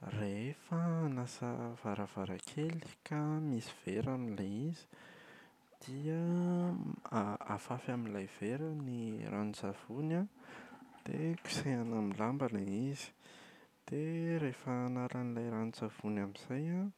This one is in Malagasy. Rehefa hanasa varavarankely ka misy verany ilay izy, dia a- afafy amin’ilay vera ny ranon-tsavony an, dia kosehina amin’ny lamba ilay izy. Dia rehefa hanala an’ilay ranon-tsavony amin’izay an